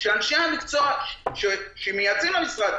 אנשי המקצוע שמייעצים למשרד,